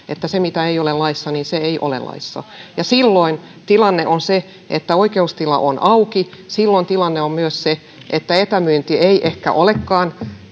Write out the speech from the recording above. että se mitä ei ole laissa ei ole laissa ja silloin tilanne on se että oikeustila on auki silloin tilanne on myös se että etämyynti ei ehkä olekaan